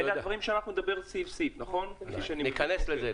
ניכנס לזה.